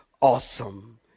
awesome